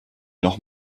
noch